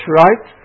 right